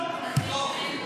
לא עולה?